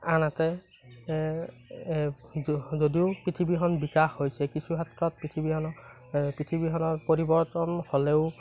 আনহাতে যদিও যদিও পৃথিৱীখন বিকাশ হৈছে কিছু ক্ষেত্ৰত পৃথিৱীখনৰ পৃথিৱীখনৰ পৰিৱৰ্তন হ'লেও